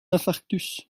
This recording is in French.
infarctus